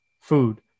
food